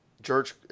George